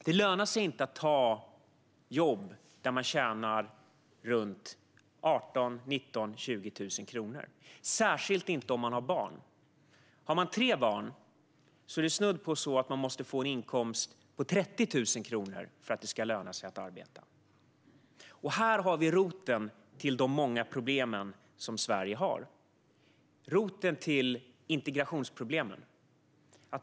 Det lönar sig inte att ta jobb där man tjänar ca 18 000-20 000 kronor, särskilt inte om man har barn. Har man tre barn är det snudd på att man måste få en inkomst på 30 000 kronor för att det ska löna sig att arbeta. Här har vi roten till de många problem som Sverige har, roten till integrationsproblemen.